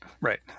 Right